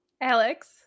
alex